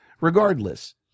Regardless